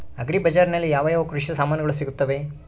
Agri ಬಜಾರಿನಲ್ಲಿ ಯಾವ ಯಾವ ಕೃಷಿಯ ಸಾಮಾನುಗಳು ಸಿಗುತ್ತವೆ?